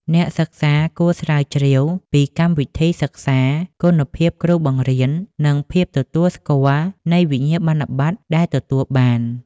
អ្នកសិក្សាគួរស្រាវជ្រាវពីកម្មវិធីសិក្សា គុណភាពគ្រូបង្រៀន និងភាពទទួលស្គាល់នៃវិញ្ញាបនបត្រដែលទទួលបាន។